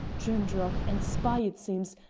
drimdarroch! and spy, it seems,